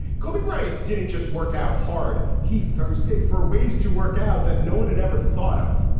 kobe bryant didn't just workout hard. he thirsted for ways to workout that no one had ever thought of.